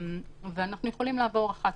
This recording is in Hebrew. אנחנו יכולים לעבור אחת-אחת.